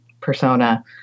persona